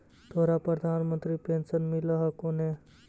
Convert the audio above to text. तोहरा प्रधानमंत्री पेन्शन मिल हको ने?